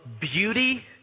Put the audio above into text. beauty